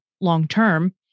long-term